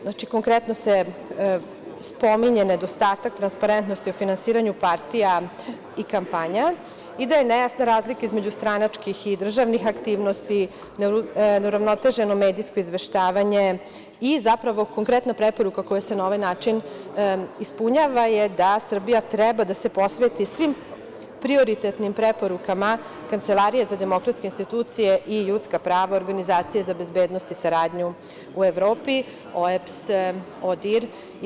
Znači, konkretno se spominje nedostatak transparentnosti o finansiranju partija i kampanja i da je nejasna razlika između stranačkih i državnih aktivnosti, neuravnoteženo medijsko izveštavanje i zapravo konkretna preporuka koja se na ovaj način ispunjava je da Srbija treba da se posveti svim prioritetnim preporukama Kancelarije za demokratske institucije i ljudska prava, organizacije za bezbednost i saradnju u Evropi, OEBS i ODIR.